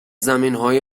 زمینهای